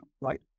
right